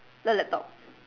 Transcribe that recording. not laptop